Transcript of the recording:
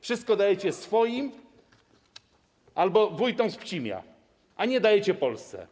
Wszystko dajecie swoim albo wójtom z Pcimia, a nie dajecie Polsce.